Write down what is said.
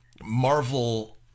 marvel